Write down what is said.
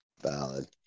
Valid